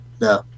No